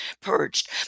purged